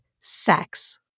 sex